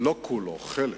לא כולו, חלק.